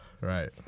Right